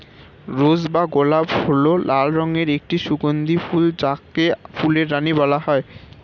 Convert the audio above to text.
রোজ বা গোলাপ হল লাল রঙের একটি সুগন্ধি ফুল যাকে ফুলের রানী বলা হয়